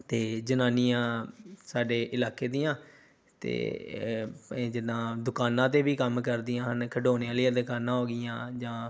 ਅਤੇ ਜਨਾਨੀਆਂ ਸਾਡੇ ਇਲਾਕੇ ਦੀਆਂ ਅਤੇ ਜਿੱਦਾਂ ਦੁਕਾਨਾਂ 'ਤੇ ਵੀ ਕੰਮ ਕਰਦੀਆਂ ਹਨ ਖਿਡੋਣਿਆਂ ਆਲੀਆਂ ਦੁਕਾਨਾਂ ਹੋ ਗਈਆਂ ਜਾਂ